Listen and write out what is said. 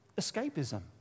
Escapism